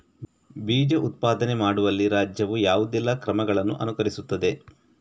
ಬೀಜ ಉತ್ಪಾದನೆ ಮಾಡುವಲ್ಲಿ ರಾಜ್ಯವು ಯಾವುದೆಲ್ಲ ಕ್ರಮಗಳನ್ನು ಅನುಕರಿಸುತ್ತದೆ?